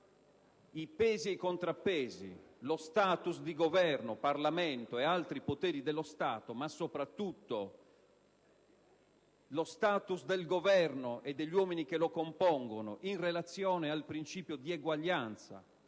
i pesi e i contrappesi, lo *status* di Governo, Parlamento e altri poteri dello Stato, ma soprattutto lo *status* del Governo e degli uomini che lo compongono in relazione al principio di eguaglianza,